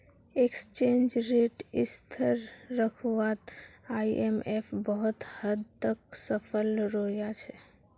exchange rate स्थिर रखवात IMF बहुत हद तक सफल रोया छे